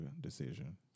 decision